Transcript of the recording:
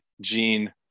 Gene